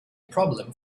problem